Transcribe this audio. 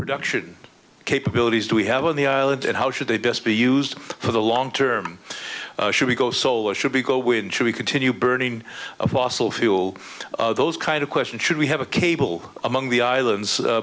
production capabilities do we have on the island and how should they just be used for the long term should we go solar should be go when should we continue burning of fossil fuel those kind of question should we have a cable among the islands